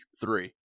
three